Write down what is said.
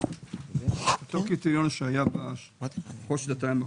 אותו קריטריון שהיה בשנתיים האחרונות.